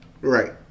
Right